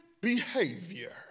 behavior